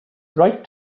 great